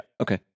Okay